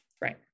Right